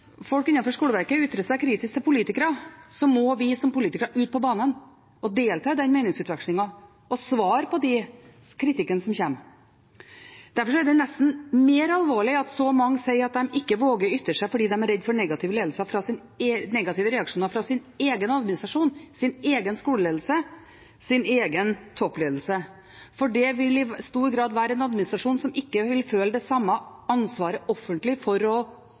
folk innenfor skoleverket ytrer seg kritisk til politikere, må vi som politikere ut på banen og delta i den meningsutvekslingen og svare på den kritikken som kommer. Derfor er det nesten mer alvorlig at så mange sier at de ikke våger å ytre seg fordi de er redde for negative reaksjoner fra sin egen administrasjon, sin egen skoleledelse, sin egen toppledelse, for det vil i stor grad være en administrasjon som ikke vil føle det samme ansvaret offentlig for å